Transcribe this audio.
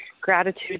gratitude